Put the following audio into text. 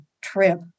trip